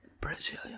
Brazilian